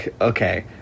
Okay